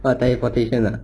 oh teleportation ah